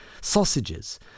sausages